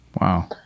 wow